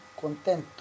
contento